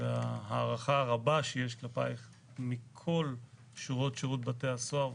וההערכה הרבה שיש כלפייך מכל שורות שירות בתי הסוהר.